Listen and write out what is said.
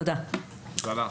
תודה רבה.